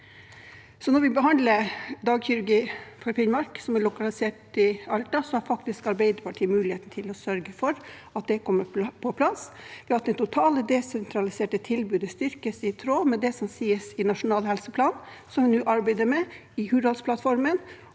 Når vi behandler dagkirurgi for Finnmark som er lokalisert i Alta, har faktisk Arbeiderpartiet mulighet til å sørge for at det kommer på plass, ved at det totale desentraliserte tilbudet styrkes i tråd med det som sies i Nasjonal helse- og samhandlingsplan, som vi nå arbeider med, i Hurdalsplattformen